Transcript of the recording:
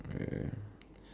uh